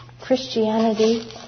Christianity